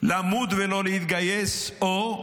למות ולא להתגייס, או: